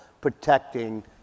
protecting